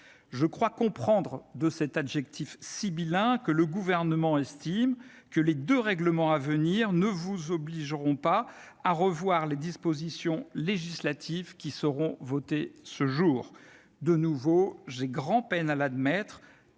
». Si je comprends bien cet adjectif sibyllin, le Gouvernement estime que les deux règlements à venir ne l'obligeront pas à revoir les dispositions législatives qui seront votées ce jour. De nouveau, j'ai grand-peine à l'admettre,